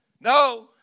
No